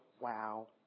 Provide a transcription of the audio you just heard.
wow